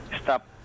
stop